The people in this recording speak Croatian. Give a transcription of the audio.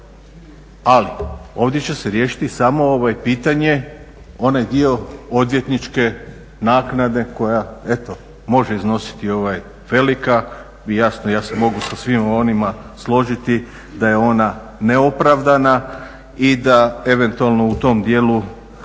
ali ovdje će se riješiti samo pitanje onaj dio odvjetničke naknade koja eto može iznositi velika. I jasno, ja se mogu sa svima onima složiti da je ona neopravdana i da eventualno u tom dijelu